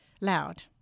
loud